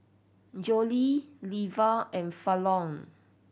Joelle Leva and Fallon